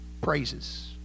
praises